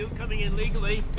coming in legally!